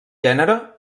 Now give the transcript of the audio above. gènere